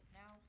now